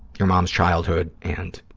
your mom's childhood and,